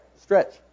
Stretch